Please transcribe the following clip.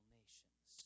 nations